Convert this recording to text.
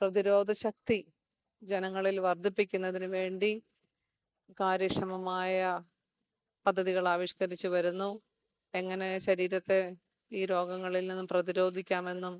പ്രതിരോധ ശക്തി ജനങ്ങളിൽ വർദ്ധിപ്പിക്കുന്നതിനു വേണ്ടി കാര്യക്ഷമമായ പദ്ധതികൾ ആവിഷ്കരിച്ച് വരുന്നു എങ്ങനെ ശരീരത്തെ ഈ രോഗങ്ങളിൽ നിന്നും പ്രതിരോധിക്കാമെന്നും